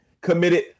committed